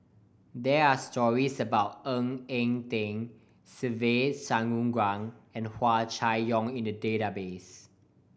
there are stories about Ng Eng Teng Se Ve Shanmugam and Hua Chai Yong in the database